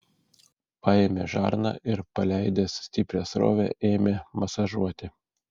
paėmė žarną ir paleidęs stiprią srovę ėmė masažuoti